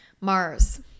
Mars